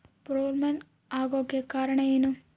Bollworm ಆಗೋಕೆ ಕಾರಣ ಏನು?